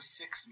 six